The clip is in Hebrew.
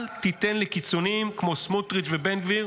אל תיתן לקיצוניים כמו סמוטריץ' ובן גביר